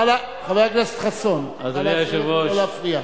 חבר הכנסת חסון, נא לשבת ולא להפריע.